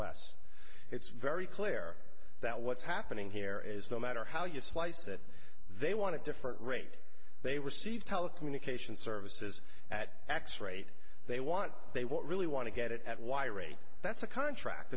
s it's very clear that what's happening here is no matter how you slice it they want to different rate they receive telecommunications services at x rate they want they won't really want to get it at y rate that's a contract